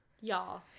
Y'all